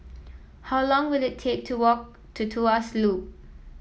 how long will it take to walk to Tuas Loop